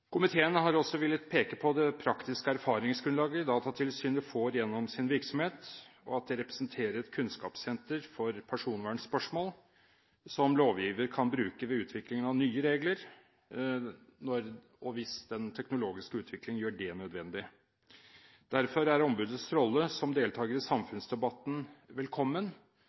Komiteen har også villet peke på at det praktiske erfaringsgrunnlaget Datatilsynet får gjennom sin virksomhet, representerer et kunnskapssenter for personvernspørsmål som lovgiver kan bruke ved utviklingen av nye regler, når og hvis den teknologiske utviklingen gjør det nødvendig. Derfor er ombudets rolle som deltaker i samfunnsdebatten velkommen.